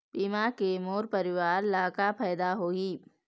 बीमा के मोर परवार ला का फायदा होही?